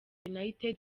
united